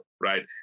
right